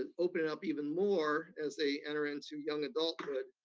and open it up even more as they enter into young adulthood,